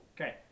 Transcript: Okay